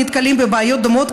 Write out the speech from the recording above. נתקלים בבעיות דומות,